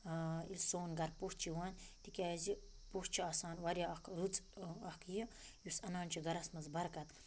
یُس سون گَرٕ پوٚژھ چھُ یِوان تِکیٛازِ پوٚژھ چھُ آسان واریاہ اَکھ رٕژ اَکھ یہِ یُس اَنان چھُ گَرَس منٛز بَرکَت